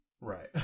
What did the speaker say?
right